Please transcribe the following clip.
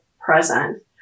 present